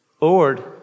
Lord